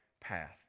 path